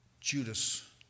Judas